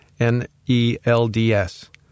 NELDS